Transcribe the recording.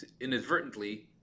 inadvertently